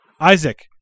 Isaac